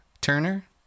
Turner